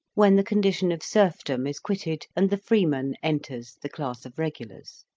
when the condition of serfdom is quitted, and the freeman enters the class of regulars.